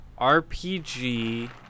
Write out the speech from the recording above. RPG